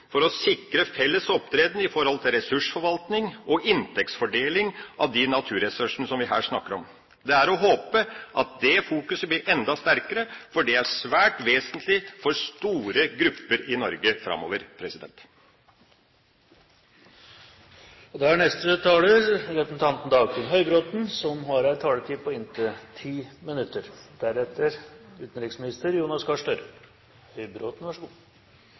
for å sikre felles opptreden når det gjelder ressursforvaltning og inntektsfordeling av de naturressursene som vi her snakker om. Det er å håpe at det fokuset blir enda sterkere, for det er svært vesentlig for store grupper i Norge framover. Det nordiske samarbeidet er viktig fordi vi i Norden har et kulturfellesskap det er verdt å ta vare på